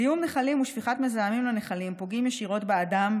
זיהום נחלים ושפיכת מזהמים לנחלים פוגעים ישירות באדם,